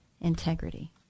integrity